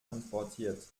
transportiert